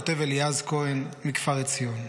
כותב אליעז כהן מכפר עציון: